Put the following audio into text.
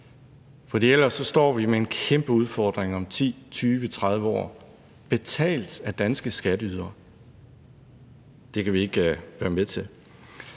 For ellers står vi med en kæmpe udfordring om 10, 20, 30 år betalt af danske skatteydere. Det kan vi ikke være med til.